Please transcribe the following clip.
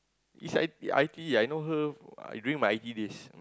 he's I T I_T_E I know her during my I_T_E days